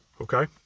Okay